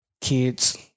kids